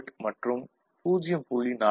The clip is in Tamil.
4V NMH VOH - VIH 2